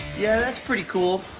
yeah, that's pretty cool